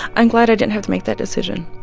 i'm glad i didn't have to make that decision.